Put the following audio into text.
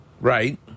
Right